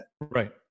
Right